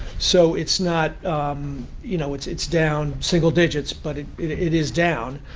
so it's not you know, it's it's down single digits. but it it is down.